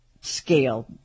scale